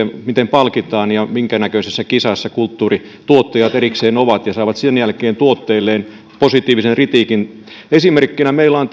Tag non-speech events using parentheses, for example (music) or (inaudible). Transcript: miten palkitaan ja minkä näköisessä kisassa kulttuurituottajat erikseen ovat ja saavat sen jälkeen tuotteilleen positiivisen kritiikin esimerkkinä meillä on (unintelligible)